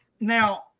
Now